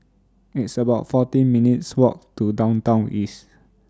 It's about fourteen minutes' Walk to Downtown East